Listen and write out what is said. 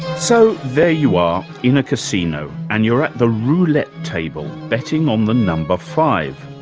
so, there you are, in a casino, and you're at the roulette table, betting on the number five.